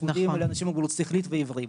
ייחודיים לאנשים עם מוגבלות שכלית ועיוורים,